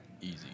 Easy